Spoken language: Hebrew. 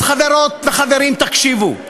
אז, חברות וחברים, תקשיבו: